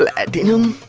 ah afternoon